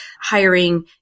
hiring